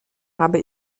habe